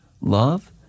love